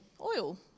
oil